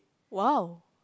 !wow!